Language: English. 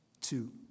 Two